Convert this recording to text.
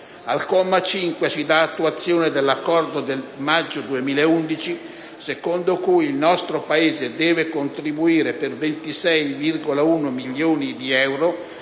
Al comma 5 si dà attuazione all'accordo del maggio 2011, secondo cui il nostro Paese deve contribuire per 26,1 milioni di euro